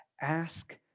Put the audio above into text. Ask